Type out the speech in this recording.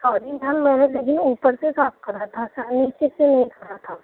ہاں جی میم میں نے اوپر سے صاف کرا تھا نیچے سے نہیں کرا تھا